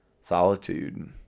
solitude